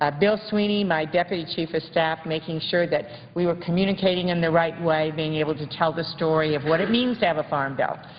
ah bill sweeney, my deputy chief of staff making sure we were communicatingin the right way being able to tell the story of what it means to have a farm bill,